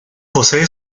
posee